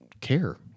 care